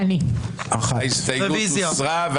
הצבעה ההסתייגות לא התקבלה.